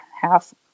half